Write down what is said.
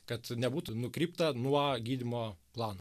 kad nebūtų nukrypta nuo gydymo plano